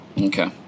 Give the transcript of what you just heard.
Okay